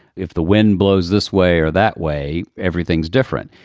if the wind blows this way or that way. everything's different.